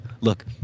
look